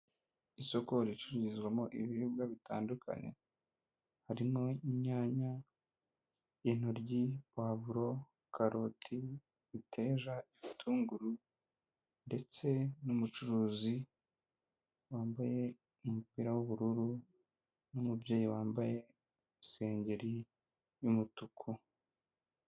Isoko ricurururizwamo ibiribwa bitandukanye harimo; inyanya, intoryi, pavuro, karoti, imiteja, igitunguru, ndetse n'umucuruzi wambaye umupira w'ubururu n'umubyeyi wambaye urusengeri y'umutuku.